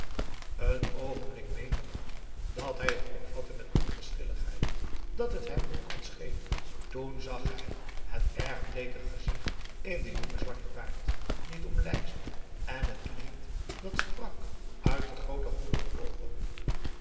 een oogenblik meende bram dat hij het opvatte met onverschilligheid dat het hem niet kon schelen toen zag hij het erg bleeke gezicht in den jongen zwarten baard die het omlijstte en het leed dat sprak uit de groote goedige oogen